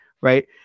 right